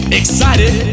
excited